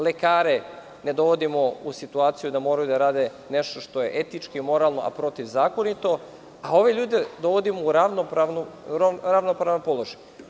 Lekare ne dovodimo u situaciju da moraju da rade nešto što je etički moralno, a protivzakonito, a ove ljude dovodimo u ravnopravan položaj.